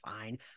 fine